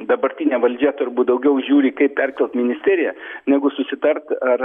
dabartinė valdžia turbūt daugiau žiūri kaip perkelt ministeriją negu susitart ar